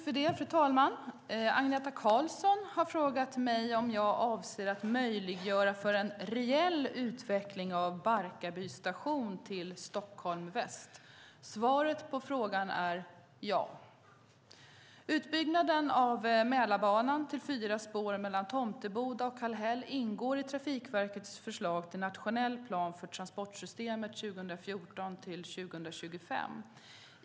Fru talman! Agneta Karlsson har frågat mig om jag avser att möjliggöra för en reell utveckling av Barkarby station till Stockholm väst. Svaret på frågan är: ja. Utbyggnaden av Mälarbanan till fyra spår mellan Tomteboda och Kallhäll ingår i Trafikverkets förslag till nationell plan för transportsystemet 2014-2025.